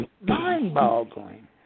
mind-boggling